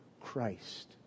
Christ